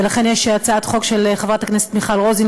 ולכן יש הצעת חוק של חברת הכנסת מיכל רוזין